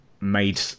made